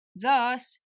Thus